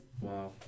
Wow